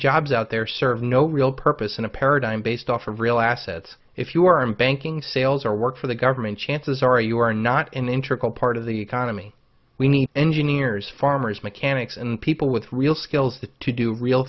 jobs out there serve no real purpose in a paradigm based off of real assets if you are in banking sales or work for the government chances are you are not in in trickle part of the economy we need engineers farmers mechanics and people with real skills to do real